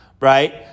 right